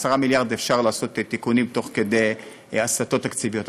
אז עם 10 מיליארד אפשר לעשות תיקונים תוך כדי הסטות תקציביות.